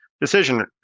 decision